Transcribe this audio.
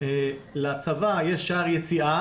לצבא יש שער יציאה.